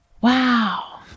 Wow